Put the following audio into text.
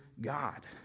god